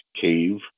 Cave